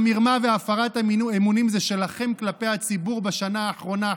המרמה והפרת האמונים זה שלכם כלפי הציבור בשנה האחרונה,